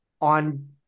on